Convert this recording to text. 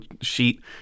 sheet